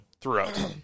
throughout